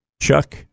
Chuck